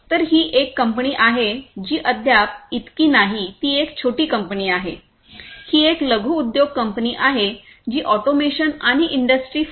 तर ही एक कंपनी आहे जी अद्याप इतकी नाही ती एक छोटी कंपनी आहे ही एक लघुउद्योग कंपनी आहे जी ऑटोमेशन आणि इंडस्ट्री 4